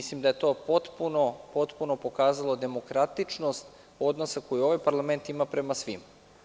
Mislim da je to potpuno pokazalo demokratičnost odnosa koji ovaj parlament ima prema svima.